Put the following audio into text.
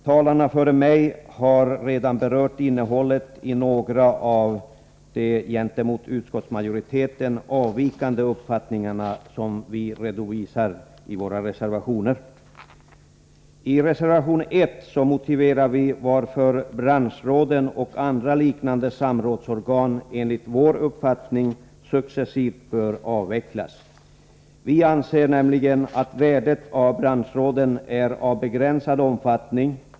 De föregående talarna har redan berört innehållet i vissa av de reservationer där vi redovisat i förhållande till utskottsmajoriteten avvikande uppfattningar. I reservation 1 motiverar vi varför branschråden och andra liknande samrådsorgan enligt vår uppfattning successivt bör avvecklas. Vi anser att värdet av branschråden är av begränsad omfattning.